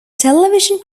television